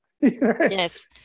Yes